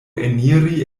eniri